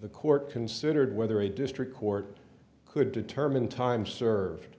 the court considered whether a district court could determine time served